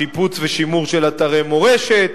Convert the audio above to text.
שיפוץ ושימור של אתרי מורשת,